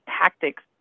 tactics